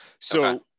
So-